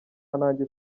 nanjye